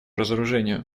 разоружению